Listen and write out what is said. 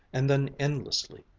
and then endlessly,